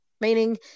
Meaning